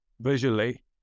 visually